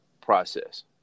process